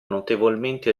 notevolmente